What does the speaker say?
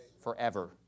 forever